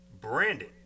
Brandon